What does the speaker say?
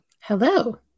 Hello